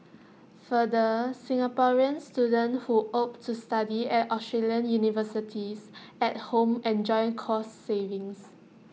further Singaporean students who opt to study at Australian universities at home enjoy cost savings